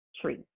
tree